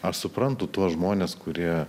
aš suprantu tuos žmones kurie